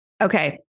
Okay